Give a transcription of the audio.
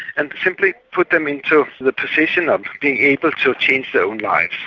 and simply put them into the position of being able to change their own lives.